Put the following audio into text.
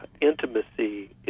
Intimacy